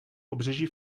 pobřeží